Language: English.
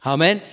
Amen